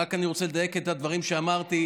אני רק רוצה לדייק את הדברים שאמרתי: